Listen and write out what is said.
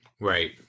Right